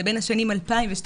זה בין השנים 2012-2016,